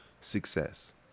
success